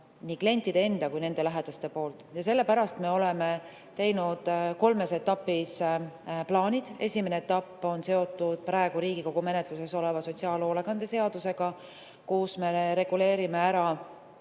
nii klientide kui nende lähedaste poolt. Sellepärast me oleme teinud plaanid kolmes etapis. Esimene etapp on seotud praegu Riigikogu menetluses oleva sotsiaalhoolekande seadusega, kus me reguleerime ära